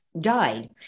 died